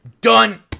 Done